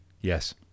Yes